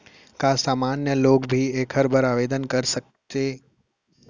का सामान्य लोग भी एखर बर आवदेन कर सकत हे?